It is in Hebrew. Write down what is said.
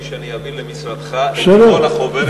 שאעביר למשרדך את כל החוברת של מרכז השלטון המקומי.